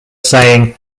saying